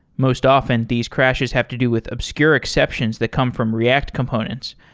most often, these crashes have to do with obscure exceptions that come from react components,